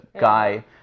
guy